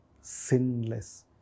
sinless